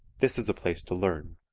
this is a place to learn.